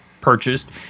purchased